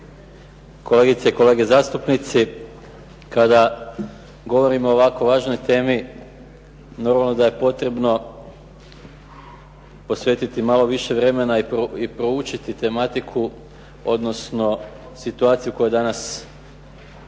Kolegice i kolege zastupnici, kada govorimo o ovako važnoj temi, normalno da je potrebno posvetiti malo više vremena i proučiti tematiku, odnosno situaciju u kojoj danas je